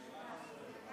אם